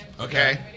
Okay